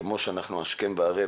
כפי שאנחנו השכם והערב